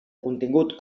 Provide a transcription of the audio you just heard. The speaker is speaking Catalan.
contingut